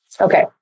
Okay